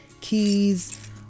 keys